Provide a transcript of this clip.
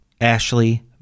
Ashley